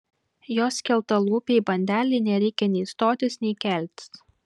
jos skeltalūpei bandelei nereikia nei stotis nei keltis